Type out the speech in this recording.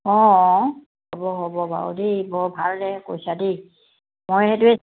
অঁ অঁ হ'ব হ'ব বাৰু দেই বৰ ভালে কৈছা দেই মই সেইটোৱে